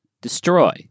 destroy